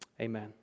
Amen